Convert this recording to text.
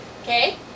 Okay